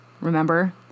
remember